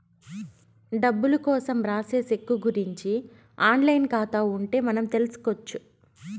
డబ్బులు కోసం రాసే సెక్కు గురుంచి ఆన్ లైన్ ఖాతా ఉంటే మనం తెల్సుకొచ్చు